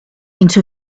into